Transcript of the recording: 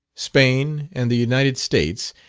spain, and the united states,